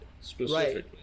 specifically